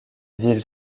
ville